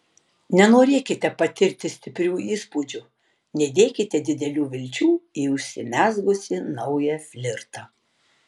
nenorėkite patirti stiprių įspūdžių nedėkite didelių vilčių į užsimezgusį naują flirtą